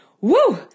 Woo